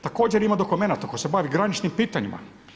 Također ima dokumenata koji se bavi graničnim pitanjima.